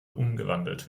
umgewandelt